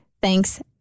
Thanks